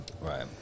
Right